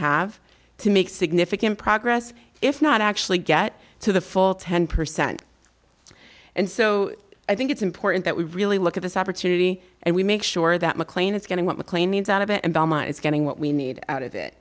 have to make significant progress if not actually get to the full ten percent and so i think it's important that we really look at this opportunity and we make sure that mclean is getting what mclean needs out of it and it's getting what we need out of it